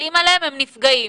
מסתכלים עליהם, הם נפגעים.